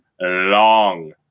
long